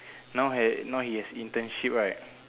now had now he has internship right